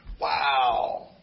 Wow